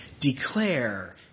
Declare